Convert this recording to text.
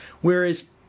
whereas